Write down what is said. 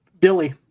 Billy